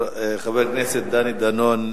חבר הכנסת דני דנון,